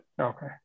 Okay